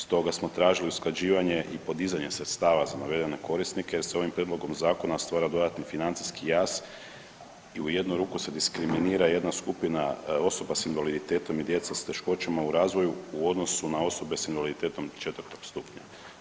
Stoga smo tražili usklađivanje i podizanje sredstava za navedene korisnike s ovim prijedlogom zakona stvara dodatni financijski jaz i u jednu ruku se diskriminira jedna skupina osoba s invaliditetom i djeca s teškoćama u razvoju u odnosi na osobe s invaliditetom četvrtog stupnja.